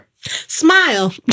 smile